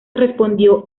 respondió